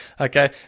okay